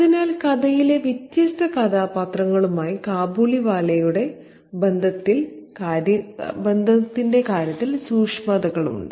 അതിനാൽ കഥയിലെ വ്യത്യസ്ത കഥാപാത്രങ്ങളുമായി കാബൂളിവാലയുമായുള്ള ബന്ധത്തിന്റെ കാര്യത്തിൽ സൂക്ഷ്മതകളുണ്ട്